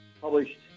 published